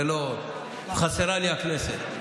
חסרה לי הכנסת.